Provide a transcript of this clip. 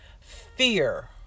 fear